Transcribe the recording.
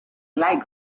like